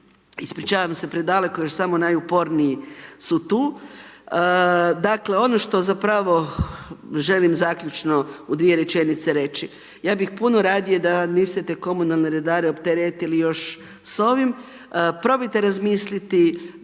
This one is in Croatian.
otići ću sad predaleko jer samo najuporniji su tu. Dakle, ono što zapravo želim zaključno u dvije rečenice reći. Ja bih puno radije da niste komunalne redare opteretili još s ovim. Probajte razmisliti da